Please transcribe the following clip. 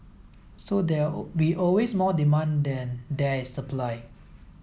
so there all be always more demand than there is supply